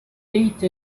ate